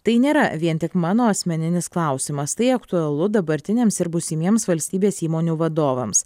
tai nėra vien tik mano asmeninis klausimas tai aktualu dabartiniams ir būsimiems valstybės įmonių vadovams